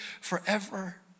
forever